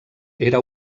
era